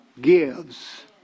gives